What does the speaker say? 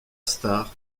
stars